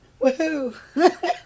Woohoo